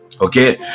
Okay